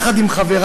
יחד עם חברי,